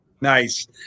Nice